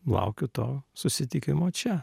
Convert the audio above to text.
laukiu to susitikimo čia